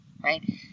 right